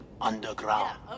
underground